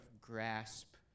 grasp